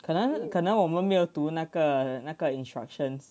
可能可能我们没有读那个那个 instructions